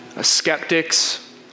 Skeptics